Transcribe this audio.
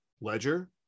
Ledger